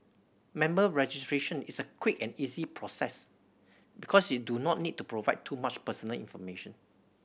member registration is a quick and easy process because you do not need to provide too much personal information